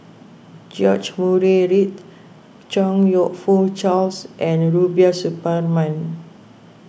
George Murray Reith Chong You Fook Charles and Rubiah Suparman